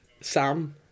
Sam